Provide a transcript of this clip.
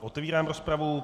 Otevírám rozpravu.